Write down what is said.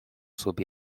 sob